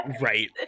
right